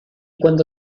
cuando